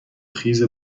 خیز